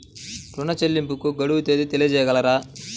ఋణ చెల్లింపుకు గడువు తేదీ తెలియచేయగలరా?